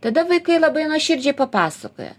tada vaikai labai nuoširdžiai papasakoja